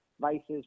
vices